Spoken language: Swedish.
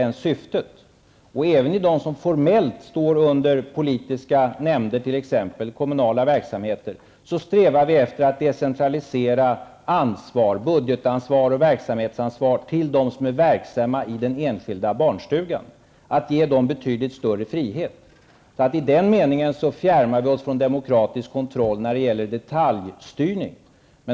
Även i fråga om de verksamheter som formellt står under politiska nämnder, t.ex. kommunala verksamheter, strävar vi efter att decentralisera ansvar, budgetansvar och verksamhetsansvar, till dem som är verksamma vid den enskilda barnstugan och att ge dem betydligt större frihet. I den meningen fjärmar vi oss från demokratisk kontroll när det gäller detaljstyrning.